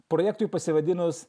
projektui pasivadinus